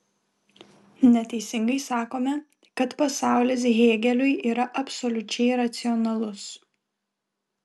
neteisingai sakome kad pasaulis hėgeliui yra absoliučiai racionalus